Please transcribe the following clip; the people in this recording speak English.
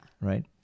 Right